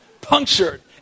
Punctured